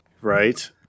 Right